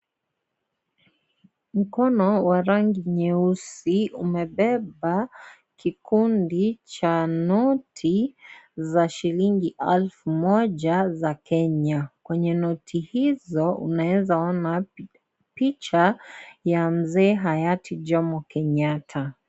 Mkono wa rangi nyeusi umebeba kikundi cha noti za shilingi elfu moja za Kenya. Kwenye noti hizo, unaeza ona picha ya mzee hayati Jomo Kenyatta.